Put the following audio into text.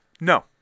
No